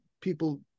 people